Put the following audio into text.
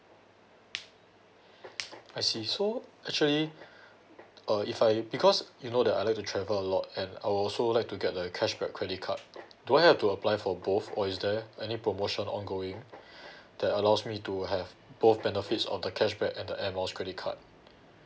I see so actually uh if I because you know that I like to travel a lot and I will also like to get the cashback credit card do I have to apply for both or is there any promotion ongoing that allows me to have both benefits of the cashback and the air miles credit card